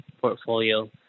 portfolio